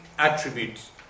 Attributes